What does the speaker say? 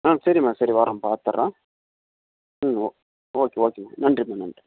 ஆ சரிமா சரி வரோம் பார்த்துறோம் ம் ஓ ஓகே ஓகே நன்றிமா நன்றி